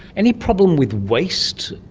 any problem with waste?